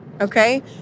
Okay